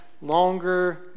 longer